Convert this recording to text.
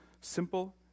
Simple